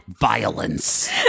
violence